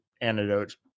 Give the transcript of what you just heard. antidotes